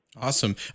Awesome